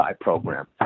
program